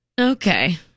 Okay